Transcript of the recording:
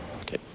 Okay